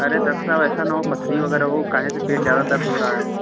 अरे डक्टर साहब ऐसा ना हो पथरी वगैरह हो काहे पेट ज़्यादा दर्द हो रहा है